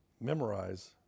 Memorize